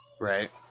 right